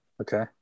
Okay